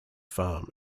farm